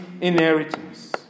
inheritance